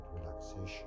relaxation